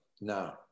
now